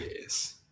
yes